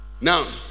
Now